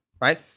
right